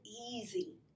easy